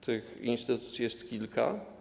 Takich instytucji jest kilka.